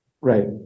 Right